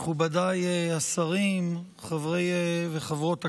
מכובדיי השרים, חברי וחברות הכנסת,